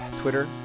Twitter